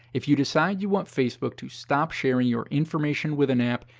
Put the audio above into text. if you decide you want facebook to stop sharing your information with an app,